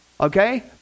Okay